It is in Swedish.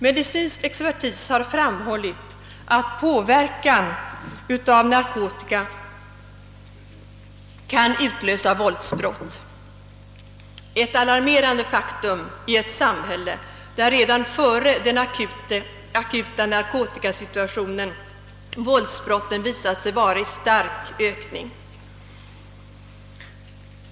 Medicinsk expertis har framhållit att påverkan av narkotika kan utlösa våldsbrott. Det är ett alarmerande faktum i ett samhälle, där redan före den akuta narkotikasituationen våldsbrotten var i stark ökning.